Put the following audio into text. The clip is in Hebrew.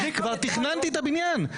כבר תיכנתי את הבניין,